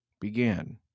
began